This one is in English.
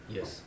Yes